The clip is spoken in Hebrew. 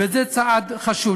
וזה צעד חשוב.